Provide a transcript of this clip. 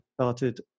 started